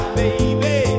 baby